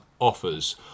Offers